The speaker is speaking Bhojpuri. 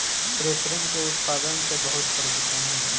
कृत्रिम के उत्पादन से बहुत प्रदुषण होला